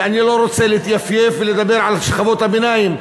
ואני לא רוצה להתייפייף ולדבר על שכבות הביניים.